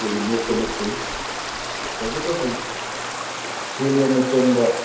ꯊꯣꯏꯅ ꯅꯣꯞꯄ ꯅꯠꯇꯦ ꯇꯧꯕꯇꯕꯨ ꯁꯦꯜ ꯌꯥꯝꯅ ꯆꯪꯕ